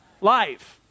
life